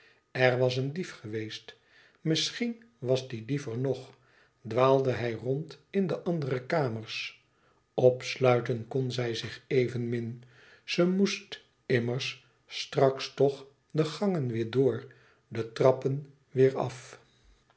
er was een dief geweest misschien was die dief er nog dwaalde hij rond in de andere kamers opsluiten kon zij zich evenmin ze moest immers straks toch de gangen weêr door de trappen weêr af